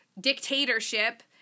dictatorship